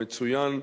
המצוין,